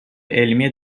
علمی